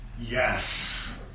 yes